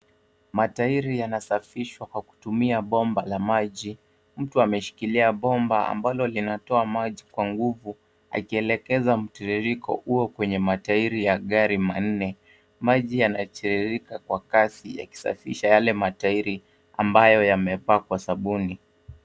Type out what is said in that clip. Matairi yanasafishwa kwa kutumia bomba la maji. Mtu ameshikilia bomba ambalo linatoa maji kwa nguvu akielekeza mtiririko huo kwenye matairi ya gari manne. Maji yanatiririka kwa kasi ya kusafisha yale matairi ambayo yamepakwa sabuni.